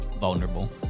Vulnerable